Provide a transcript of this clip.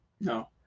no